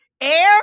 air